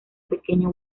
pequeño